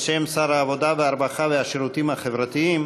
בשם שר העבודה והרווחה והשירותים החברתיים,